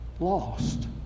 Lost